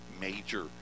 major